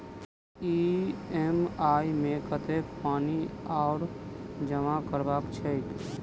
EMI मे कतेक पानि आओर जमा करबाक छैक?